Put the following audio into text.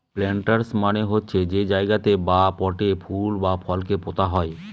planters মানে হচ্ছে যে জায়গাতে বা পটে ফুল বা ফলকে পোতা হয়